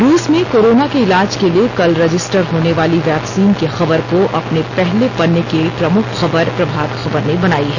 रूस में कोरोना के इलाज के लिए कल रजिस्टर होने वाली वैक्सीन की खबर को अपने पहले पन्ने की प्रमुख खबर प्रभात खबर ने बनाई है